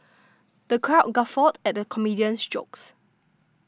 the crowd guffawed at the comedian's jokes